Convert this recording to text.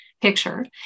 picture